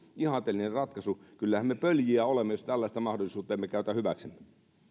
ihanteellinen ratkaisu kyllähän me pöljiä olemme jos tällaista mahdollisuutta emme käytä hyväksemme